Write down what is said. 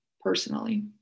personally